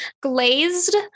glazed